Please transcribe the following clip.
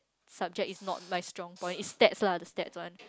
subject is not by strong point is text lah the text